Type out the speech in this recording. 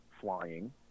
flying